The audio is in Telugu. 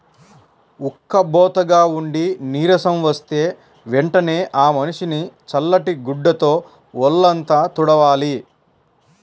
ఉక్కబోతగా ఉండి నీరసం వస్తే వెంటనే ఆ మనిషిని చల్లటి గుడ్డతో వొళ్ళంతా తుడవాలి